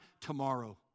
tomorrow